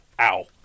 Ow